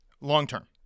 Long-term